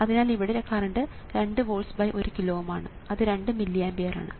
അതിനാൽ ഇവിടെ current 2 volts 1 kilo Ω ആണ് അത് 2 മില്ലി ആമ്പിയർ ആണ്